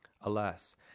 Alas